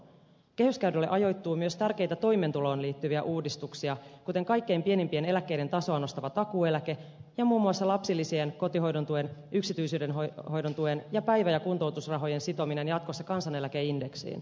kehyskaudelle ajoittuu myös tärkeitä toimeentuloon liittyviä uudistuksia kuten kaikkein pienimpien eläkkeiden tasoa nostava takuueläke ja muun muassa lapsilisien kotihoidon tuen yksityisen hoidon tuen ja päivä ja kuntoutusrahojen sitominen jatkossa kansaneläkeindeksiin